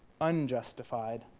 unjustified